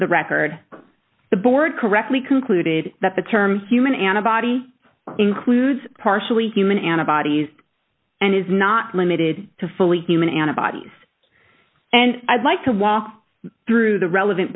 record the board correctly concluded that the term human and a body includes partially human antibodies and is not limited to fully human antibodies and i'd like to walk through the relevant